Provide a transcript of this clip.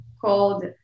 called